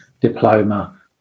diploma